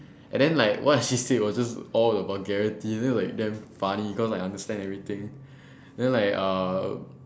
and then like what she said was just all the vulgarities then like damn funny because I understand everything then like uh